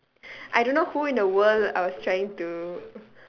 I don't know who in the world I was trying to